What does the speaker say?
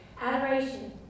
Adoration